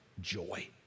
joy